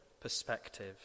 perspective